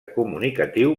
comunicatiu